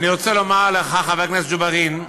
אני רוצה לומר לך, חבר הכנסת ג'בארין,